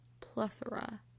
Plethora